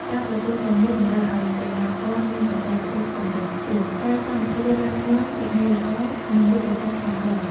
ការប្រកួតទាំងនេះតម្រូវឱ្យកីឡាករមានបច្ចេកទេសកម្រិតខ្ពស់ កាយសម្បទារឹងមាំ វិន័យល្អ និងយុទ្ធសាស្ត្រច្បាស់លាស់។